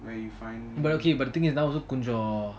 where you find